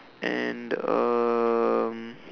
and um